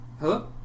Hello